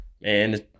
Man